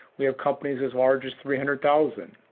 we have companies as large as three hundred thousand.